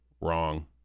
Wrong